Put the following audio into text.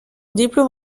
diplôme